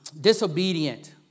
disobedient